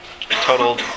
total